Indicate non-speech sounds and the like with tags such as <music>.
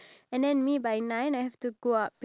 stop it <laughs>